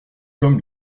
comme